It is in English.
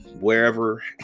wherever